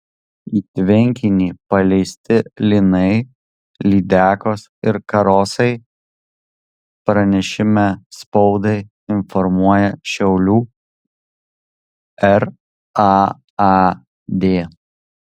į tvenkinį paleisti lynai lydekos ir karosai pranešime spaudai informuoja šiaulių raad